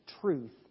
truth